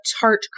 tart